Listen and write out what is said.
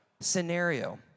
scenario